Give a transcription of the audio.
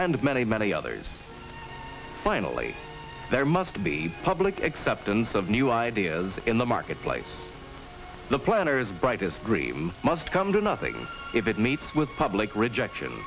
and many many others finally there must be public acceptance of new ideas in the marketplace the planners brightest dream must come to nothing if it meets with public rejection